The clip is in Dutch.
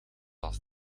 als